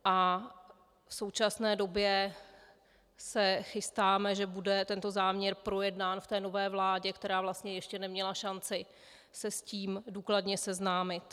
V současné době se chystáme, že bude tento záměr projednán v nové vládě, která vlastně ještě neměla šanci se s tím důkladně seznámit.